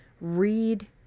read